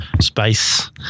space